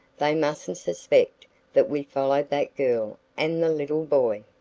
they mustn't suspect that we followed that girl and the little boy.